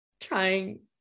trying